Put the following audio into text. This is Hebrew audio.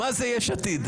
מה זה יש עתיד.